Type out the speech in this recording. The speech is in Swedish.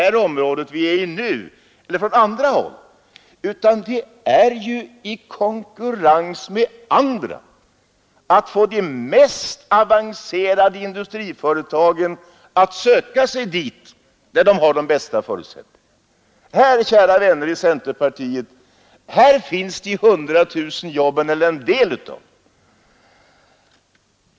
Det gäller att i konkurrens med andra länder få de mest avancerade industriföretagen att söka sig dit där de har de bästa förutsättningarna. Här, kära vänner i centerpartiet, finns de 100 000 jobben, eller en del av dem.